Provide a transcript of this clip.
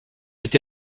été